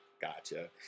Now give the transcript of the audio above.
gotcha